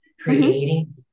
creating